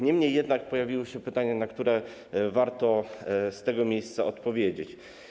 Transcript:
Niemniej jednak pojawiły się pytania, na które warto z tego miejsca odpowiedzieć.